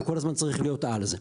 וכל הזמן צריך להיות על זה.